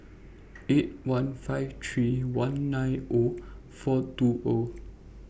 eight one five three one nine O four two O